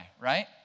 right